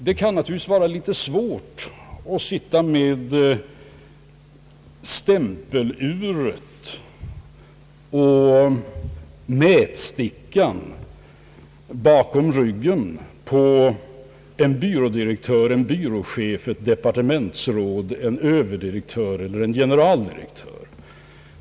Det kan naturligtvis vara litet svårt att sitta med stämpeluret och mätstickan bakom ryggen på en byrådirektör, en byråchef, ett departementsråd, en överdirektör eller en generaldirektör.